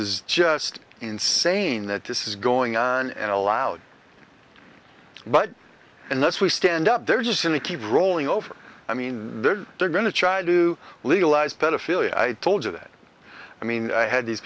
is just insane that this is going on and allowed but unless we stand up there just in to keep rolling over i mean they're going to try to legalize pedophilia i told you that i mean i had these